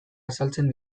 azaltzen